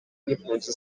n’impunzi